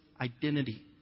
identity